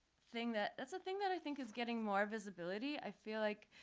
thing that, that's a thing that i think is getting more visibility. i feel like